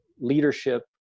leadership